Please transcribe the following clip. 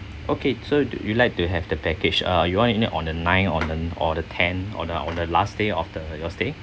okay so do you like to have the package uh you want it in on the nine on uh or the tenth on ah on the last day of the your stay